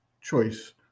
choice